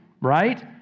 right